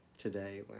Today